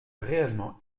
réellement